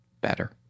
better